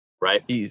right